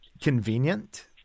convenient